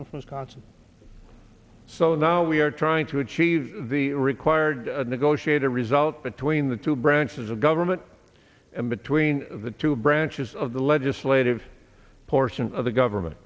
know from scott's so now we are trying to achieve the required to negotiate a result between the two branches of government and between the two branches of the legislative portion of the government